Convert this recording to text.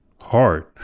hard